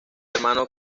hermano